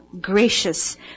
gracious